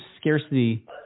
scarcity